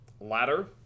ladder